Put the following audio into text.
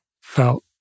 felt